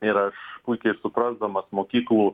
ir aš puikiai suprasdamas mokyklų